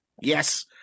Yes